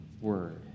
word